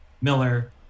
Miller